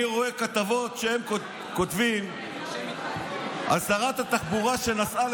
אני רואה כתבות שהם כותבים על שרת התחבורה שנסעה